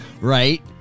right